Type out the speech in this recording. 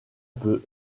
peu